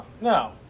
No